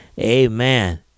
Amen